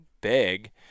big